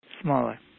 Smaller